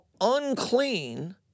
unclean